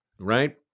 right